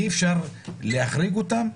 אי אפשר להחריג אותם?